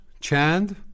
chand